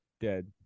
Dead